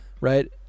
right